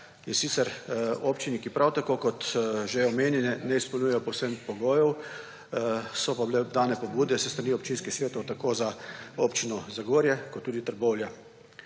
sicer, občini, ki prav tako, kot že omenjene, ne izpolnjujejo povsem pogojev, so pa bile dane pobude s strani občinskih svetov, tako za Občino Zagorje, kot tudi Trbovlje.